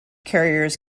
carriers